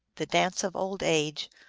the dance of old age,